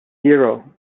zero